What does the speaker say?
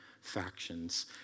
factions